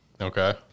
Okay